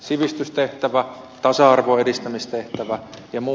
sivistystehtävä tasa arvonedistämistehtävä ja muu